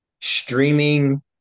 streaming